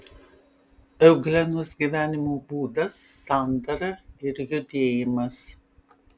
euglenos gyvenimo būdas sandara ir judėjimas